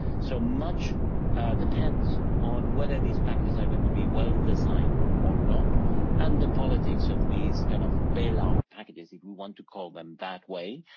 so much depends on whether these packages are going to be well designed or not and the politics of these kind of bailout packages if you want to call them that way,